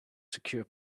secure